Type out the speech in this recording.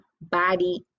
body